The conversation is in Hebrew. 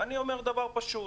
אני אומר דבר פשוט: